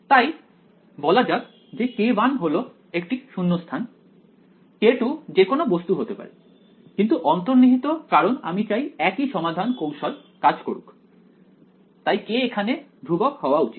তাই বলা যাক যে k1 হলো একটি শূন্যস্থান k2 যে কোনও বস্তু হতে পারে কিন্তু অন্তর্নিহিত কারণ আমি চাই একই সমাধান কৌশল কাজ করুক তাই k এখানে ধ্রুবক হওয়া উচিত